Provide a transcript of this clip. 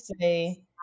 say